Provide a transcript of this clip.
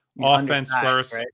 offense-first